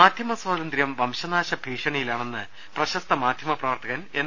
മാധ്യമസ്വാതന്ത്ര്യം വംശനാശ ഭീഷണിയിലാണെന്ന് പ്രശസ്ത മാധ്യമ പ്രവർത്തകൻ എൻ